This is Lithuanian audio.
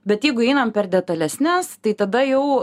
bet jeigu einam per detalesnes tai tada jau